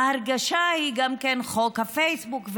וגם חוק הפייסבוק,